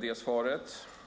delta i överläggningen.